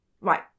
Right